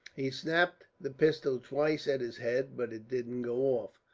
he snapped the pistol twice at his head, but it didn't go off,